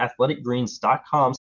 athleticgreens.com